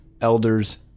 elders